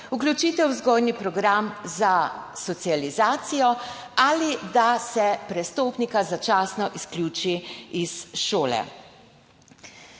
vključitev v vzgojni program za socializacijo ali da se prestopnika začasno izključi iz šole.